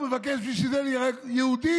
הוא מבקש בשביל זה להיות יהודי?